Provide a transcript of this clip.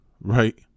right